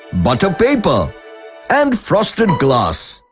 butter paper and frosted glass.